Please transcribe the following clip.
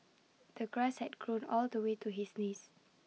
the grass had grown all the way to his knees